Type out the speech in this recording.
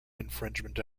infringement